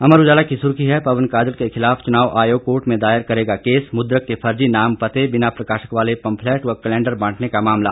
अमर उजाला की सुर्खी है पवन काजल के खिलाफ चुनाव आयोग कोर्ट में दायर करेगा केस मुद्रक के फर्जी नाम पते बिना प्रकाशक वाले पंफलेट व केलेंडर बांटने का मामले